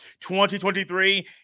2023